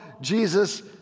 Jesus